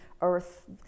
earth